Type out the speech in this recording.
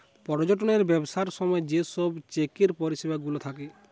পর্যটনের ব্যবসার সময় যে সব চেকের পরিষেবা গুলা থাকে